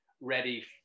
ready